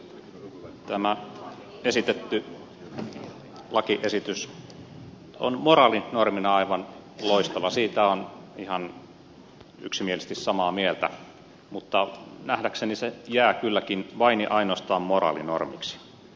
tämä esitetty lakiesitys on moraalinormina aivan loistava siitä olen ihan yksimielisesti samaa mieltä mutta nähdäkseni se jää kylläkin vain ja ainoastaan moraalinormiksi